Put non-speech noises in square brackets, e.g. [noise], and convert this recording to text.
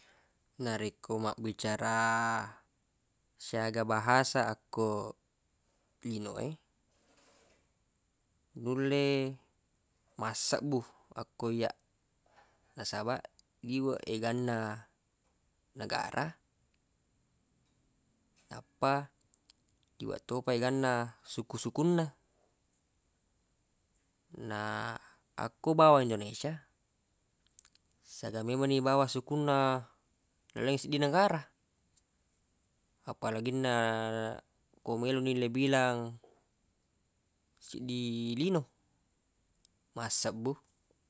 Narekko mabbicara siaga bahasa akko lino e [noise] nulle massebbu akko iyyaq nasabaq liwe eganna negara nappa liweq topa eganna suku-sukunna na akko bawang indonesia siaga memenni bawang sukunna le seddi negara apalaginna ko melo ni le bilang siddi lino massebbu